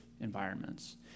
environments